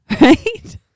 Right